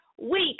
week